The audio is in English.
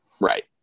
Right